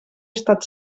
estat